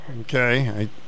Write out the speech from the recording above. Okay